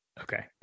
okay